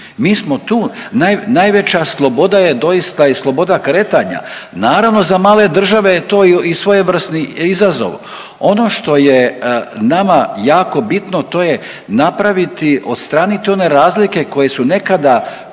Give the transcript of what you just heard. Mi smo tu. Najveća sloboda je doista i sloboda kretanja. Naravno za male države je to i svojevrsni izazov. Ono što je nama jako bitno to je napraviti, odstraniti one razlike koje su nekada